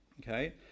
okay